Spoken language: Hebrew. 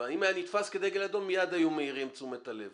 ואם היה נתפס כדגל אדום מיד היו מעירים את תשומת הלב